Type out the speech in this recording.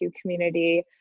community